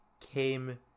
came